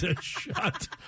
Shut